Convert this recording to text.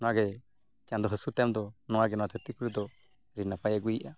ᱱᱚᱣᱟᱜᱮ ᱪᱟᱸᱫᱚ ᱦᱟᱹᱥᱩᱨ ᱛᱟᱭᱚᱢ ᱫᱚ ᱱᱚᱣᱟᱜᱮ ᱱᱚᱣᱟ ᱫᱷᱟᱹᱨᱛᱤ ᱯᱩᱨᱤ ᱫᱚ ᱟᱹᱰᱤ ᱱᱟᱯᱟᱭᱮ ᱟᱹᱜᱩᱭᱮᱫᱼᱟ